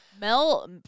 Mel